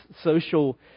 social